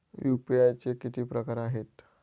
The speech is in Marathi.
यू.पी.आय चे किती प्रकार आहेत?